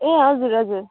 ए हजुर हजुर